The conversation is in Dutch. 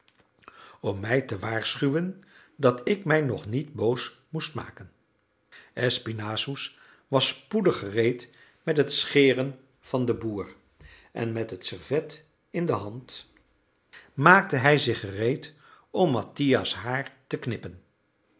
om mij te waarschuwen dat ik mij nog niet boos moest maken espinassous was spoedig gereed met het scheren van den boer en met het servet in de hand maakte hij zich gereed om mattia's haar te knippen